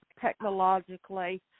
technologically